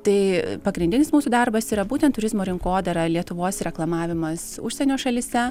tai pagrindinis mūsų darbas yra būtent turizmo rinkodara lietuvos reklamavimas užsienio šalyse